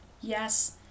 Yes